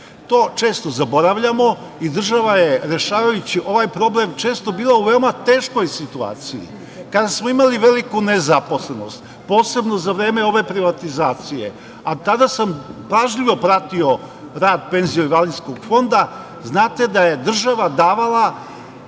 To često zaboravljamo. Država je, rešavajući ovaj problem, često bila u veoma teškoj situaciji. Kada smo imali veliku nezaposlenost, posebno za vreme ove privatizacije, a tada sam pažljivo pratio rad Penzijsko-invalidskog fonda, znate da je država davala